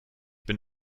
bin